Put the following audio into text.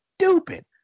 stupid